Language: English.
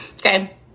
okay